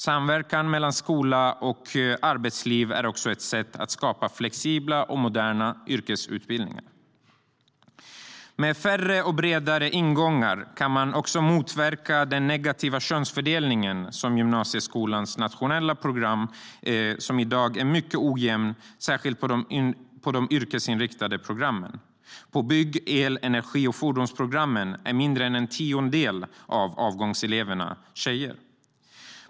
Samverkan mellan skola och arbetsliv är även ett sätt att skapa flexibla och moderna yrkesutbildningar. Med färre och bredare ingångar kan man motverka den negativa könsfördelningen på gymnasieskolans nationella program, som i dag är mycket ojämn, särskilt på de yrkesinriktade programmen. På bygg, el, energi och fordonsprogrammen är mindre än en tiondel av avgångseleverna tjejer.